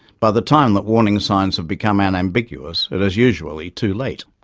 by the time that warning signs have become unambiguous, it is usually too late.